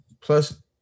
Plus